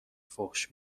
فحش